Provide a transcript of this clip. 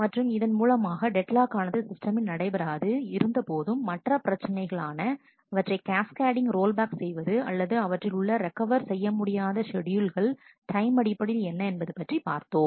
மற்றும் இதன் மூலமாக டெட் லாக் ஆனது சிஸ்டமில் நடைபெறாது இருந்த போதும் மற்ற பிரச்சினைகளான அவற்றை கேஸ் கேடிங் ரோல் பேக் செய்வது அல்லது அவற்றில் உள்ள சில ரெக்கவர் செய்ய முடியாத ஷெட்யூல்கள் டைம் அடிப்படையில் என்ன என்பது பற்றி பார்த்தோம்